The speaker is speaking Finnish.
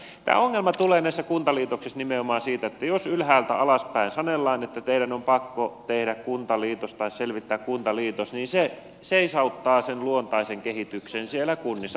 mutta tämä ongelma tulee näissä kuntaliitoksissa nimenomaan siitä että jos ylhäältä alaspäin sanellaan että teidän on pakko tehdä kuntaliitos tai selvittää kuntaliitos niin se seisauttaa sen luontaisen kehityksen siellä kunnissa valitettavasti